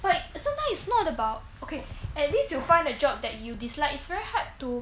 but sometimes it's not about okay at least to find a job that you dislike it's very hard to